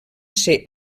ser